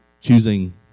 choosing